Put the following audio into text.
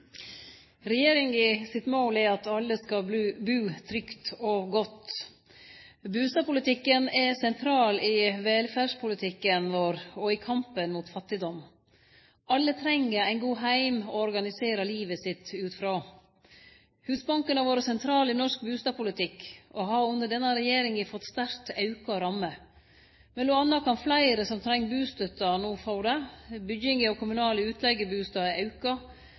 at alle skal bu trygt og godt. Bustadpolitikken er sentral i velferdspolitikken vår og i kampen mot fattigdom. Alle treng ein god heim å organisere livet sitt ut frå. Husbanken har vore sentral i norsk bustadpolitikk og har under denne regjeringa fått sterkt auka rammer. Mellom anna kan fleire som treng bustøtte, no få det, bygginga av kommunale utleigebustader er auka,